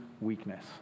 weakness